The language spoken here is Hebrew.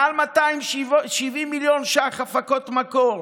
מעל 270 מיליון שקל הפקות מקור.